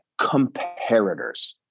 comparators